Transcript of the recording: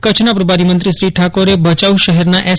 કચ્છના પ્રભારીમંત્રી શ્રી ઠાકોરે ભયાઉ શહેરના એસ